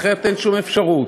אחרת אין שום אפשרות